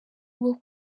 bwo